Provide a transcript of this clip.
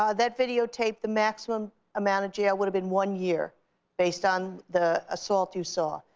ah that videotape the maximum amount of jail would have been one year based on the assault you saw.